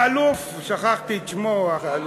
האלוף, שכחתי את שמו.